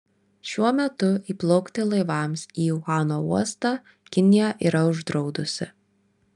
šiuo metu įplaukti laivams į uhano uostą kinija yra uždraudusi